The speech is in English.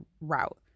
route